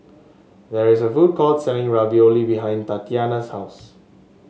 there is a food court selling Ravioli behind Tatyanna's house